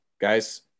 guys